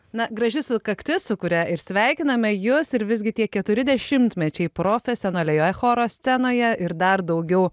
na graži sukaktis su kuria ir sveikiname jus ir visgi tie keturi dešimtmečiai profesionalioje choro scenoje ir dar daugiau